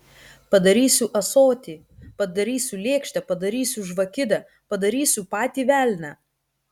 padarysiu ąsotį padarysiu lėkštę padarysiu žvakidę padarysiu patį velnią